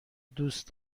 دوست